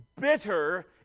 bitter